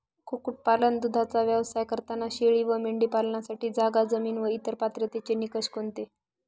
कुक्कुटपालन, दूधाचा व्यवसाय करताना शेळी व मेंढी पालनासाठी जागा, जमीन व इतर पात्रतेचे निकष कोणते?